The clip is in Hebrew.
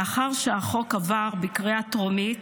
לאחר שהחוק עבר בקריאה טרומית,